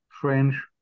French